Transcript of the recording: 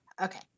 Okay